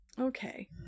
Okay